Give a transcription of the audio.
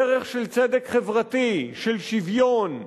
דרך של צדק חברתי, של שוויון,